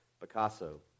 Picasso